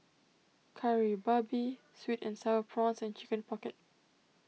Kari Babi Sweet and Sour Prawns and Chicken Pocket